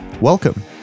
welcome